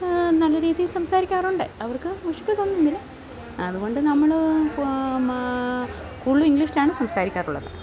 നല്ല രീതിയിൽ സംസാരിക്കാറുണ്ട് അവർക്ക് മുഷിപ്പ് തോന്നുന്നില്ല അതുകൊണ്ട് നമ്മൾ മാ കൂടുതലും ഇംഗ്ലീഷിലാണ് സംസാരിക്കാറുള്ളത്